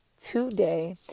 today